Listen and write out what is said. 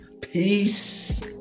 Peace